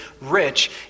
rich